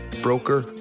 broker